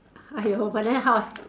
!aiyo! but then how I